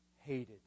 hated